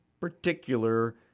particular